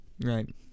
right